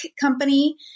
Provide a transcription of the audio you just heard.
company